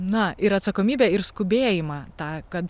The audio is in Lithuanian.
na ir atsakomybę ir skubėjimą tą kad